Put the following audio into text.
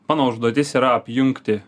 mano užduotis yra apjungti